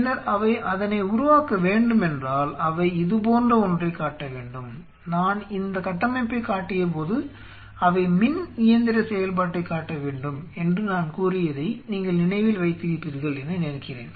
பின்னர் அவை அதனை உருவாக்க வேண்டும் என்றால் அவை இது போன்ற ஒன்றைக் காட்ட வேண்டும் நான் இந்த கட்டமைப்பைக் காட்டியபோது அவை மின் இயந்திர செயல்பாட்டைக் காட்ட வேண்டும் என்று நான் கூறியதை நீங்கள் நினைவில் வைத்திருப்பீர்கள் என நினைக்கின்றேன்